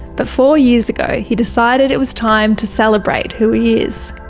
but four years ago he decided it was time to celebrate who he is.